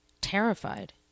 Terrified